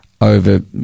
over